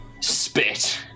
spit